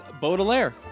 Baudelaire